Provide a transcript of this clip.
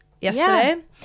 yesterday